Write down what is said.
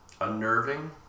unnerving